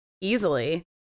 easily